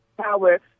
power